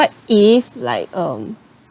if like um